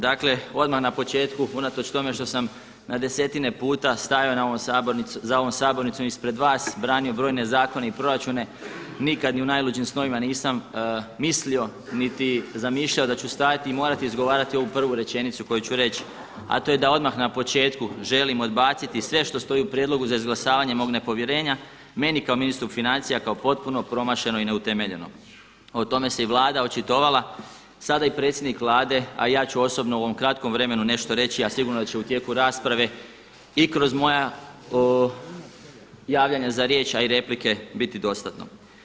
Dakle, odmah na početku, unatoč tome što sam na desetine puta stajao za ovom sabornicom ispred vas, branio brojne zakone i proračune nikad ni u najluđim snovima nisam mislio niti zamišljao da ću stajati i morati izgovarati ovu prvu rečenicu koju ću reći a to je da odmah na početku želim odbaciti sve što stoji u prijedlogu za izglasavanje mog nepovjerenja, meni kao ministru financija, kao potpuno promašeno i neutemeljeno a o tome se i Vlada očitovala, sada i predsjednik Vlade a i ja ću osobno u ovom kratkom vremenu nešto reći a sigurno da će u tijeku rasprave i kroz moja javljanja za riječ a i replike biti dostatno.